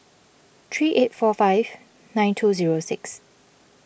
three eight four five nine two zero six